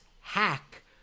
hack